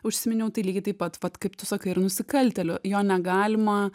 užsiminiau tai lygiai taip pat vat kaip tu sakai ir nusikaltėlio jo negalima